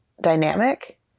dynamic